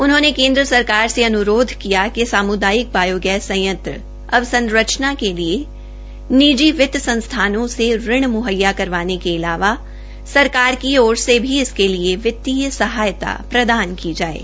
उन्होंने केन्द्र सरकार से अन्रोध किया है कि सामूदायिक बायोगैस संयंत्र अवसंरचना के लिए निजी वित्त संस्थानों से ऋण मुहैया करवाने के अलावा सरकार की ओर से इसके लिए वित्तीय सहायता प्रदान की जाये